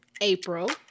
April